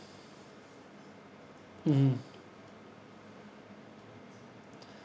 mmhmm